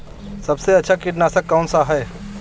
सबसे अच्छा कीटनाशक कौनसा है?